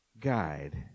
guide